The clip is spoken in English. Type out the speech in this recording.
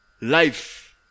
life